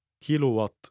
Kilowatt